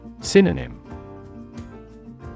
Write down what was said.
Synonym